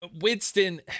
Winston